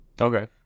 Okay